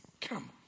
come